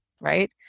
right